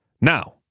Now